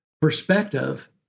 perspective